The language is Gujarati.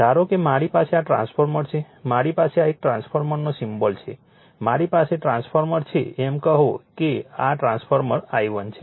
ધારો કે મારી પાસે આ ટ્રાન્સફોર્મર છે મારી પાસે આ એક ટ્રાન્સફોર્મરનો સિમ્બોલ છે મારી પાસે ટ્રાન્સફોર્મર છે એમ કહો કે આ કરંટ I1 છે